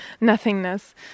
nothingness